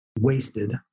wasted